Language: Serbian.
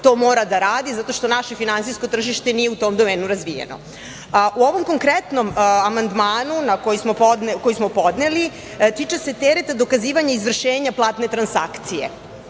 to mora da radi zato što naše finansijsko tržište nije u tom domenu razvijeno.U ovom konkretnom amandmanu koji smo podneli tiče se tereta dokazivanja izvršenja platne transakcije,